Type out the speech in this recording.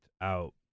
out